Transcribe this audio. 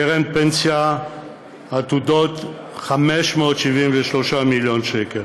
קרן הפנסיה "עתודות" 573 מיליון שקל,